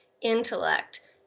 intellect